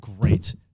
great